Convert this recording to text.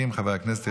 חברי הכנסת,